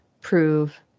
prove